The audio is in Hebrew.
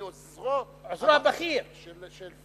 אני עוזרו הבכיר של פואד.